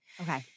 Okay